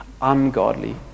ungodly